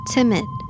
Timid